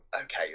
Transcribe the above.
okay